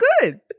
good